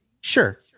sure